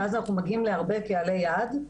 ואז אנחנו מגיעים להרבה קהלי יעד.